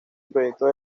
proyectos